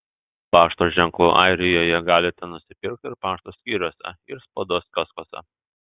pašto ženklų airijoje galite nusipirkti ir pašto skyriuose ir spaudos kioskuose